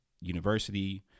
University